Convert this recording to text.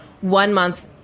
one-month